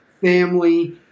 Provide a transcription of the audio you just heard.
Family